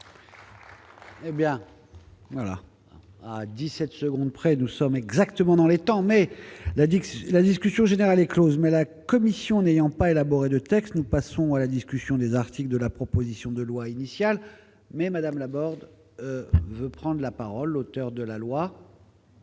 merci. Voilà, à 17 secondes près, nous sommes exactement dans les temps, mais là, dixit la discussion générale est Close, mais la commission n'ayant pas élaboré de textes, nous passons à la discussion des articles de la proposition de loi initial mais Madame Laborde veut prendre la parole, l'auteur de la loi.